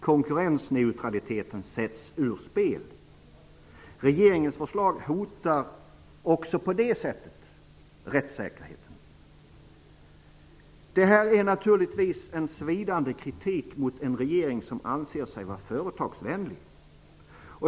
Konkurrensneutraliteten sätts ur spel. Regeringens förslag hotar också på det sättet rättssäkerheten. Det här är naturligtvis en svidande kritik mot en regering som anser sig vara företagsvänlig.